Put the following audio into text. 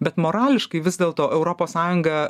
bet morališkai vis dėlto europos sąjunga